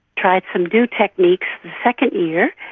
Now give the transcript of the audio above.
tried some new techniques the second year,